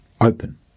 open